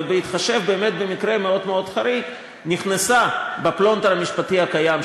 ובהתחשב במקרה מאוד מאוד חריג נכנסה בפלונטר המשפטי הקיים,